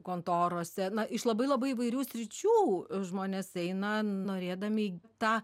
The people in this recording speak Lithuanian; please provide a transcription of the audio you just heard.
kontorose na iš labai labai įvairių sričių žmonės eina norėdami tą